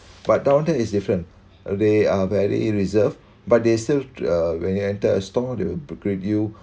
but that one time is different ah they are very reserved but they served uh when you enter a store they will greet you